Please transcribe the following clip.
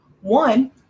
One